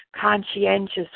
conscientious